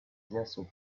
desert